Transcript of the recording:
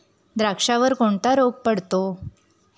द्राक्षावर कोणता रोग पडतो?